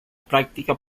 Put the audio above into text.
práctica